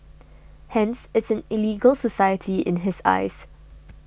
Hence it's an illegal society in his eyes